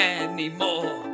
anymore